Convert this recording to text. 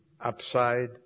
upside